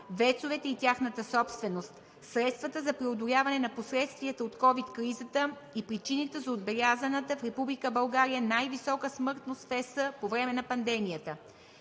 ВЕЦ-овете и тяхната собственост; средствата за преодоляване на последствията от COVID кризата и причините за отбелязаната в Република България най-висока смъртност в ЕС по време на пандемията;